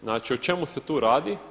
Znači o čemu se tu radi?